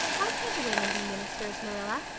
why can't women be ministers, marilla?